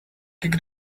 kick